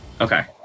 Okay